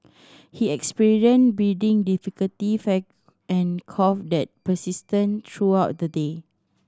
he experienced breathing difficulty and cough that persisted throughout the day